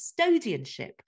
custodianship